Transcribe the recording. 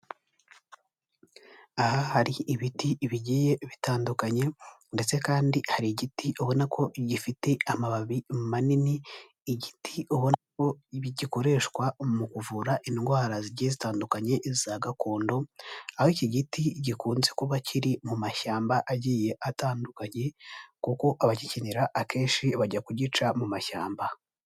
Aha hari ibiti bigiye bitandukanye ndetse kandi hari igiti ubona ko gifite amababi manini, igiti ubona ko gikoreshwa mu kuvura indwara zigiye zitandukanye, zagakondo aho iki giti gikunze kuba kiri mu mashyamba agiye atandukanye kuko abagikenera akenshi bajya kugica mu mashyamba.